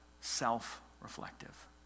self-reflective